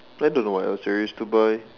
I don't know what else there is to buy